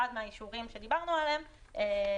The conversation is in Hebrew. אחד מהאישורים שדיברנו עליהם,